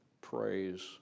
praise